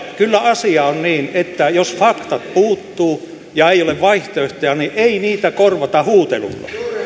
kyllä asia on niin että jos faktat puuttuvat ja ei ole vaihtoehtoja niin ei niitä korvata huutelulla